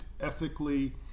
ethically